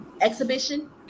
Exhibition